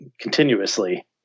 continuously